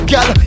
Girl